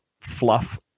fluff